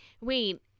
wait